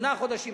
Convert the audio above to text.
שמונה חודשים,